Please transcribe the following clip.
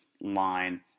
line